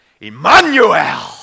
Emmanuel